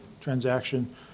transaction